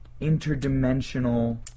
interdimensional